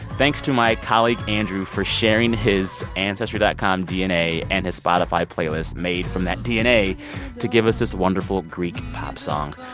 thanks to my colleague andrew for sharing his ancestry dot com dna and his spotify playlist made from that dna to give us this wonderful greek pop song.